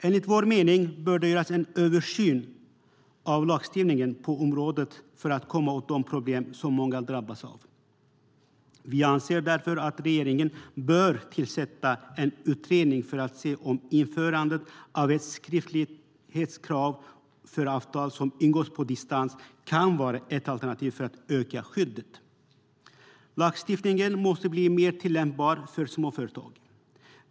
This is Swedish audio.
Enligt vår mening bör det göras en översyn av lagstiftningen på området för att komma åt de problem som många drabbas av. Vi anser därför att regeringen bör tillsätta en utredning för att se om införandet av ett skriftlighetskrav för avtal som ingås på distans kan vara ett alternativ för att öka skyddet. Lagstiftningen måste bli mer tillämpbar för småföretag.